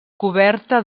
coberta